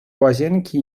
łazienki